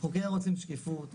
אנחנו כן רוצים שקיפות,